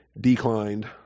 declined